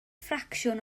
ffracsiwn